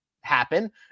happen